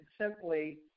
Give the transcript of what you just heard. simply